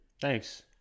Thanks